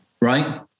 right